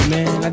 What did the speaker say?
Man